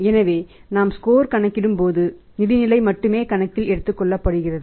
எனவே நாம் ஸ்கோர் கணக்கிடும்போது நிதி நிலை மட்டுமே கணக்கில் எடுத்துக் கொள்ளப்படுகிறது